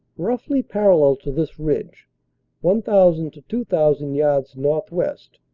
roughly parallel to this ridge one thousand to two thousand yards northwest,